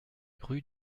rue